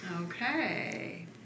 Okay